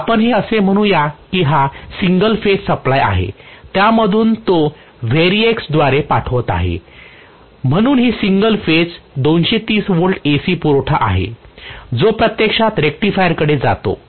तर आपण असे म्हणूया की हा सिंगल फेज सप्लाय आहे ज्यामधून मी तो व्हेरिएक्समधून पाठवत आहे म्हणून ही सिंगल फेज 230 व्होल्ट AC पुरवठा आहे जो प्रत्यक्षात रेक्टिफायर कडे जातो